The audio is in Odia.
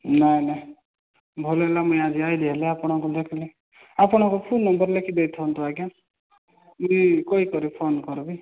ନାଇଁ ନାଇଁ ଭଲ ହେଲା ମୁଇଁ ଆଜି ଆଇଲି ହେଲେ ଆପଣଙ୍କୁ ଦେଖିଲି ଆପଣଙ୍କ ଫୋନ୍ ନମ୍ବର୍ ଲେଖି ଦେଇଥାନ୍ତୁ ଆଜ୍ଞା ମୁଇଁ କହିକରି ଫୋନ୍ କରିବି